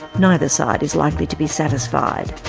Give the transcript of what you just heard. neither side is likely to be satisfied.